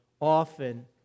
often